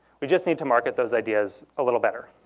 we just need to market those ideas a little better.